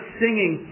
singing